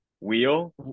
wheel